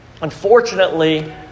unfortunately